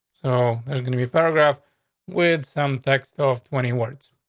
so there's gonna be paragraph with some text off twenty words.